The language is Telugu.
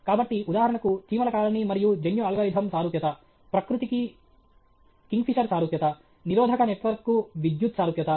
కాబట్టి ఉదాహరణకు చీమల కాలనీ మరియు జన్యు అల్గోరిథం సారూప్యత ప్రకృతికి కింగ్ఫిషర్ సారూప్యత నిరోధక నెట్వర్క్కు విద్యుత్ సారూప్యత